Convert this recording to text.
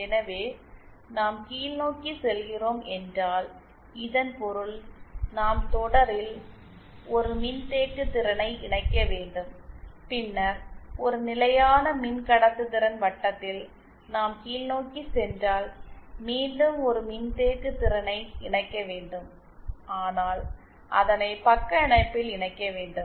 எனவே நாம் கீழ்நோக்கிச் செல்கிறோம் என்றால் இதன் பொருள் நாம் தொடரில் ஒரு மின்தேக்குதிறனை இணைக்க வேண்டும் பின்னர் ஒரு நிலையான மின்கடத்துதிறன் வட்டத்தில் நாம் கீழ்நோக்கிச் சென்றால் மீண்டும் ஒரு மின்தேக்குதிறனை இணைக்க வேண்டும் ஆனால் அதனை பக்க இணைப்பில் இணைக்க வேண்டும்